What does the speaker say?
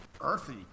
earthy